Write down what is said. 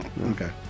Okay